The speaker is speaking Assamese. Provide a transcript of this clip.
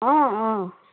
অঁ অঁ